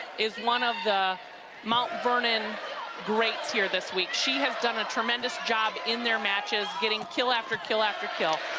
is one of the mount vernon greats here this week. she has done a tremendous job in their matches getting kill after kill after kill.